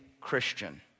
Christian